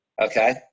Okay